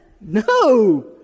No